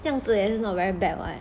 这样子也是 not very bad [what]